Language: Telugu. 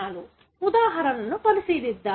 ఉదాహరణలను పరిశీలిద్దాం